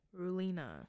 Rulina